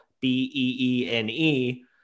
b-e-e-n-e